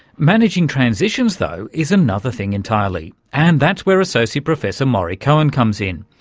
managing transitions though is another thing entirely, and that's where associate professor maurie cohen comes in.